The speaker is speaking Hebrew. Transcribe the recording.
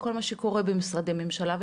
וכל מה שקורה במשרדי ממשלה,